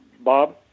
bob